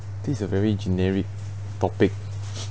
this a very generic topic